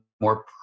more